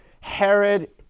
Herod